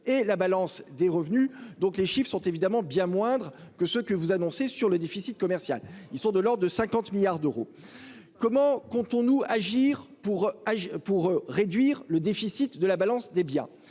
et la balance des revenus. Ainsi, les chiffres sont évidemment bien moindres que ceux que vous annoncez sur le déficit commercial. Ils sont de l'ordre de 50 milliards d'euros. Comment comptons-nous agir pour réduire le déficit de la balance des biens ?